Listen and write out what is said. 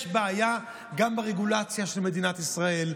יש בעיה גם ברגולציה של מדינת ישראל.